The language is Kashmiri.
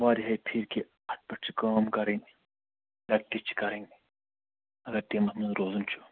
واریاہہِ پھِرِ کہِ اَتھ پیٚٹھ چھِ کأم کرٕنۍ پریکٹِس چھِ کرٕنۍ اگر ٹیٖمس منٛز روزُن چھُ